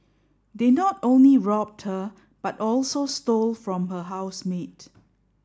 they not only robbed her but also stole from her housemate